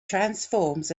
transforms